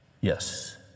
Yes